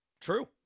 True